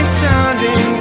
sounding